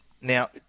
Now